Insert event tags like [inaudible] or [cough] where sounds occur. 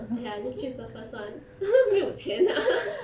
ya I just choose the first [one] [laughs] 没有钱 [laughs]